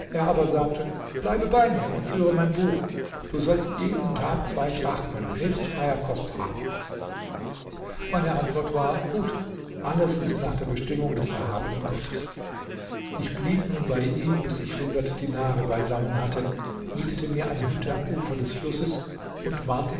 aber sagte bleibe bei mir und führe mein buch du sollst jeden tag zwei drachmen nebst freier kost haben meine antwort war gut alles ist nach der bestimmung des erhabenen gottes ich blieb nun bei ihm bis ich hundert dinare beisammen hatte mietete mir eine hütte am ufer des flusses und wartete